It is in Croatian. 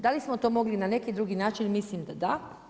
Da li smo to mogli na neki drugi način mislim da da.